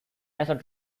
national